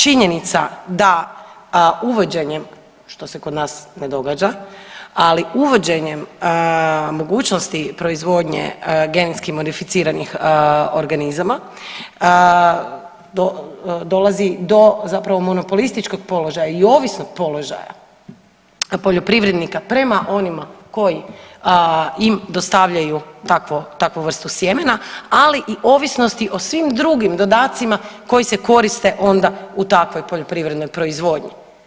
Činjenica da uvođenjem, što se kod nas ne događa, ali uvođenjem mogućnosti proizvodnje genetski modificiranih organizama dolazi do, zapravo do monopolističkog položaja i ovisnog položaja poljoprivrednika prema onima koji im dostavljaju takvo, takvu vrstu sjemena ali i ovisnosti o svim drugim dodacima koji se koriste onda u takvoj poljoprivrednoj proizvodnji.